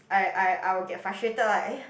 I I I will get frustrated like eh